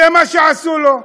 זה מה שעשו לו.